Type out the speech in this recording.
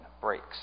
breaks